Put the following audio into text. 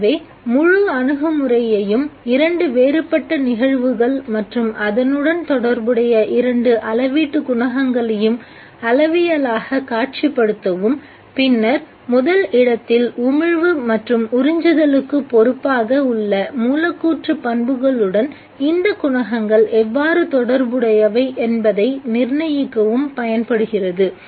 எனவே முழு அணுகுமுறையும் இரண்டு வேறுபட்ட நிகழ்வுகள் மற்றும் அதனுடன் தொடர்புடைய இரண்டு அளவீட்டு குணகங்களை அளவியலாக காட்சிப்படுத்தவும் பின்னர் முதல் இடத்தில் உமிழ்வு மற்றும் உறிஞ்சுதலுக்கு பொறுப்பாக உள்ள மூலக்கூற்றுப் பண்புகளுடன் இந்த குணகங்கள் எவ்வாறு தொடர்புடையவை என்பதை நிர்ணயிக்கவும் பயன்படுகிறது